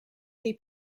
dei